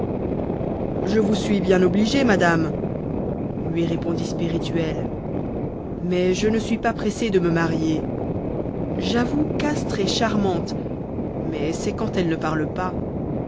je vous suis bien obligé madame lui répondit spirituel mais je ne suis pas pressé de me marier j'avoue qu'astre est charmante mais c'est quand elle ne parle pas